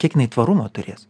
kiek jinai tvarumo turės